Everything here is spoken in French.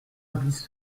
bis